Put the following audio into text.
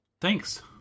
thanks